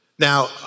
Now